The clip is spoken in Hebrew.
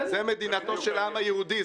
זו מדינתו של העם היהודי.